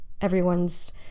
everyone's